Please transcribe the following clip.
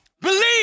Believe